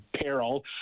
peril